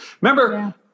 remember